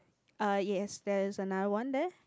er yes there is another one there